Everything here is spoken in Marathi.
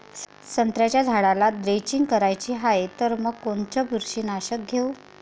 संत्र्याच्या झाडाला द्रेंचींग करायची हाये तर मग कोनच बुरशीनाशक घेऊ?